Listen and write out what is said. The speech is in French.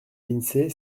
l’insee